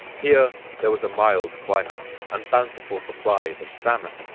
here there was a mild climate and bountiful supplies of salmon.